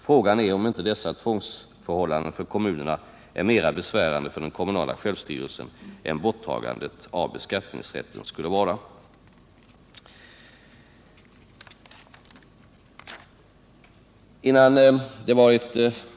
Frågan är om inte dessa tvångsförhållanden för kommunerna är mer besvärande för den kommunala självstyrelsen än borttagandet av beskattningsrätten skulle vara.